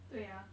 对啊